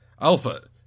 Alpha